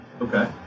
Okay